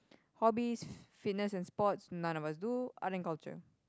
hobbies fitness and sports none of us do art and culture